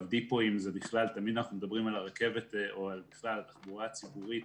תמיד אנחנו מדברים על הרכבת או בכלל על תחבורה ציבורית,